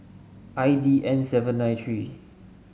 I D N seven nine three